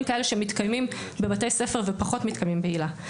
כאלה שמתקיימים בבתי ספר ופחות מתקיימים בהיל"ה.